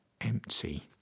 empty